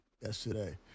yesterday